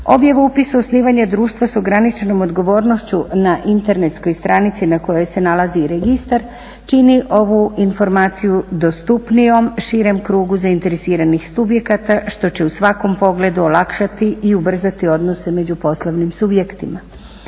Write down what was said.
Objavu upisa, osnivanje društva da ograničenom odgovornošću na internetskoj stranici na kojoj se nalazi i registar čini ovu informaciju dostupnijom širem krugu zainteresiranih subjekata što će u svakom pogledu olakšati i ubrzati odnose među poslovnim subjektima.